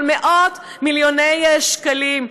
אבל מאות מיליוני שקלים,